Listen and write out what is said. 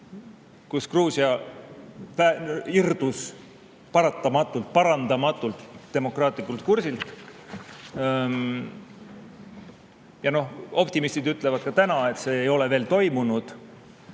kus Gruusia irdus parandamatult demokraatlikult kursilt. Optimistid ütlevad ka täna, et see ei ole veel toimunud.